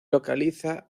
localiza